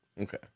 Okay